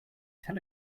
tell